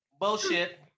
bullshit